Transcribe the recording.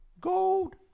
Gold